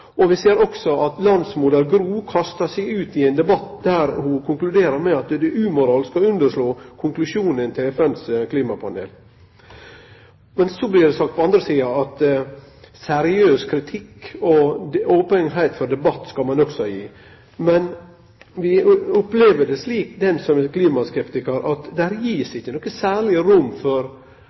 og vi ser også at landsmoder Gro kastar seg ut i ein debatt der ho konkluderer med at det er umoralsk å underslå konklusjonen til FNs klimapanel. Men så blir det på den andre sida sagt at seriøs kritikk og openheit for debatt skal det også vere. Men vi opplever det slik, vi som er klimaskeptikarar, at det blir ikkje gitt noko særleg rom for